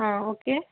ஆ okay